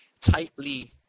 tightly